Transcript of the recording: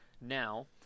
Now